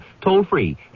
Toll-free